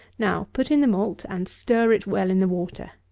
now put in the malt and stir it well in the water.